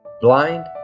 blind